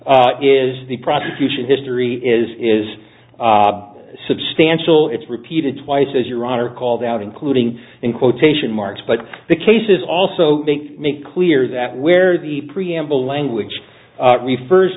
is the prosecution history is is substantial it's repeated twice as your honor called out including in quotation marks but the cases also make make clear that where the preamble language refers